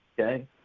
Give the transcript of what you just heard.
Okay